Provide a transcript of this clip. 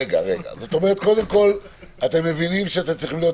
זאת אומרת שאתם מבינים שאתם צריכים להיות